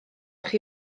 chi